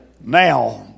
Now